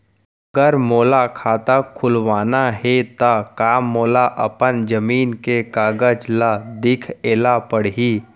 अगर मोला खाता खुलवाना हे त का मोला अपन जमीन के कागज ला दिखएल पढही?